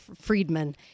Friedman